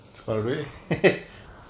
always